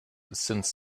since